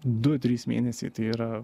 du trys mėnesiai tai yra